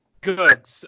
Good